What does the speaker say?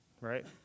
Right